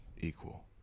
equal